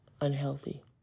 Unhealthy